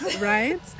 Right